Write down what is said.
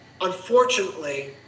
unfortunately